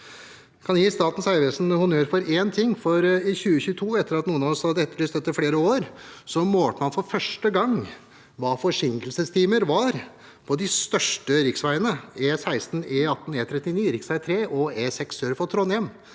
Jeg kan gi Statens vegvesen honnør for én ting, for i 2022, etter at noen av oss hadde etterlyst dette i flere år, målte man for første gang hva forsinkelsestimene var på de største riksveiene – E16, E18, E39, rv. 3 og E6 sør for Trondheim.